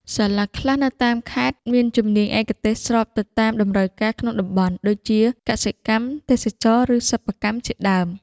សាលាខ្លះនៅតាមខេត្តមានជំនាញឯកទេសស្របទៅតាមតម្រូវការក្នុងតំបន់ ដូចជាកសិកម្ម ទេសចរណ៍ ឬសិប្បកម្មជាដើម។